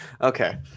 Okay